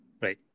Right